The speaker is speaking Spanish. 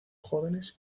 jóvenes